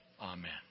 Amen